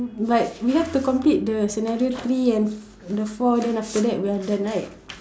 but we have to complete the scenario three and the four then after that we are done right